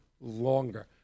Longer